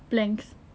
blanks